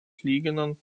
lyginant